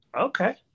Okay